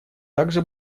также